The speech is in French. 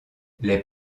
les